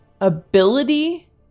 ...ability